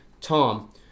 Tom